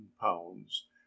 pounds